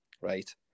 right